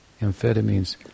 amphetamines